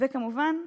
וכמובן,